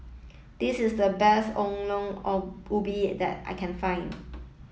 this is the best Ongol Ong Ubi that I can find